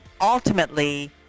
ultimately